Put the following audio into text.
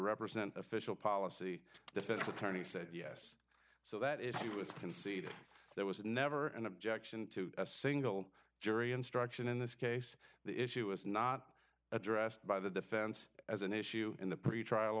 represent official policy defense attorney said yes so that it was concede there was never an objection to a single jury instruction in this case the issue is not addressed by the defense as an issue in the pretrial